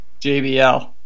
JBL